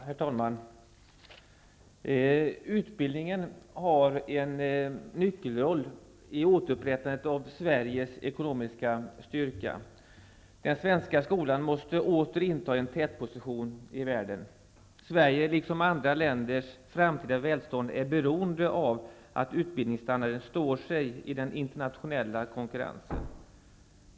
Herr talman! Utbildningen har en nyckelroll i återupprättandet av Sveriges ekonomiska styrka. Den svenska skolan måste åter inta en tätposition i världen. Sveriges liksom andra länders framtida välstånd är beroende av att utbildningsstandarden står sig i den internationella konkurrensen.